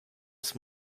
ist